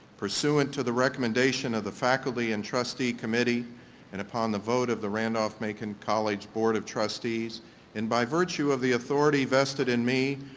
pursuant to the recommendation of the faculty and trustee committee and upon the vote of the randolph-macon college board of trustees and by virtue of the authority vested in me,